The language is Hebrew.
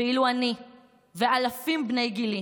ואילו אני ואלפים בני גילי